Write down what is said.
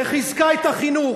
וחיזקה את החינוך,